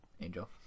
Angel